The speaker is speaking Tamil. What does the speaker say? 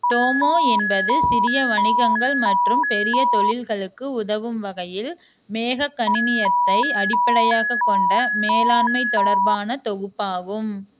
டோமோ என்பது சிறிய வணிகங்கள் மற்றும் பெரிய தொழில்களுக்கு உதவும் வகையில் மேகக் கணினியத்தை அடிப்படையாகக் கொண்ட மேலாண்மை தொடர்பான தொகுப்பாகும்